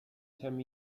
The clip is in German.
term